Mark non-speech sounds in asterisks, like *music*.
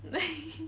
*laughs*